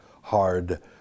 hard